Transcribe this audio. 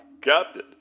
Captain